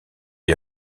est